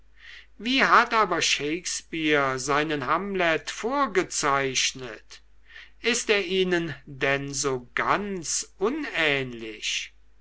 wie hat aber shakespeare seinen hamlet vorgezeichnet ist er ihnen denn so ganz unähnlich